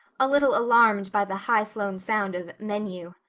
a little alarmed by the high-flown sound of menu.